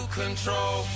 control